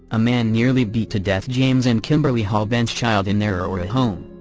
a man nearly beat to death james and kimberly haubenschild in their aurora home.